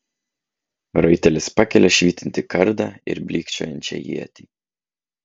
raitelis pakelia švytintį kardą ir blykčiojančią ietį